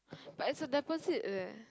but it's a deposit leh